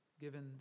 given